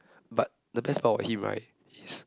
but the best part about him right is